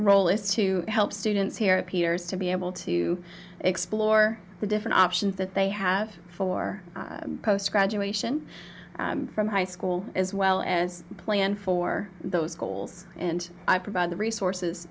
role is to help students here appears to be able to explore the different options that they have for graduation from high school as well as plan for those goals and i provide the resources